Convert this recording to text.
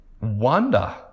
wonder